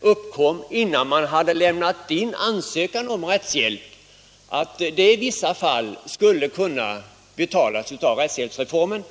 uppkom innan man hade lämnat in en ansökan om rättshjälp i vissa fall skulle kunna betalas av rättshjälpen.